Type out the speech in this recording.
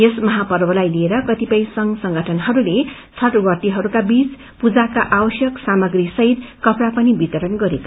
यस महापर्वलाई लिएर कतिपय संघ संगठनहरूले छठवर्तीहरूका बीच पूजाका आवश्यक सामग्री सहित कपड़ा पनि वितरण गरे